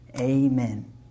Amen